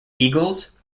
eagles